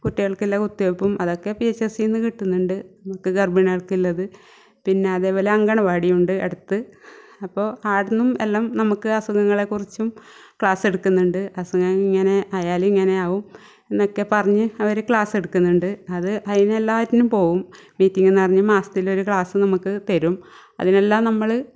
കുട്ടികൾക്കെല്ലാം കുത്തിവെപ്പും അതൊക്കെ പി എച്ച് എസ്യിന്നു കിട്ടുന്നുണ്ട് ഗർഭിണികൾക്കുള്ളത് പിന്നെ അതുപോലെ അങ്കണവാടിയുണ്ട് അടുത്ത് അപ്പോൾ ആടുന്നും എല്ലാം നമുക്ക് അസുഖങ്ങളെക്കുറിച്ചും ക്ലാസ്സെടുക്കുന്നുണ്ട് അസുഖം ഇങ്ങനെ ആയാൽ ഇങ്ങനെ ആവും എന്നക്കെ പറഞ്ഞ് അവർ ക്ലാസ്സെടുക്കുന്നുണ്ട് അത് അതിനെല്ലാറ്റിനും പോകും മീറ്റിംഗെന്ന് പറഞ്ഞ് മാസത്തിലൊരു ക്ലാസ് നമുക്ക് തരും അതിനെല്ലാം നമ്മൾ